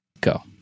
go